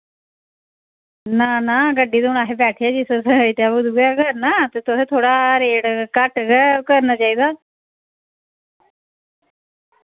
ना ना गड्डी ते हू'न असें बैठे जिस साइड करना ते तुस थोह्ड़ा रेट घट गै करना चाहिदा